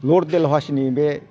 lord डेलहावसिनि बे